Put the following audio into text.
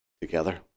together